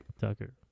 Tucker